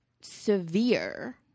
severe